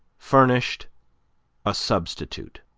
furnished a substitute.